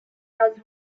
does